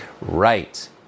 right